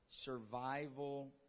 Survival